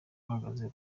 uhagaze